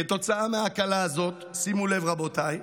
כתוצאה מההקלה הזאת, שימו לב רבותיי,